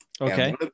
Okay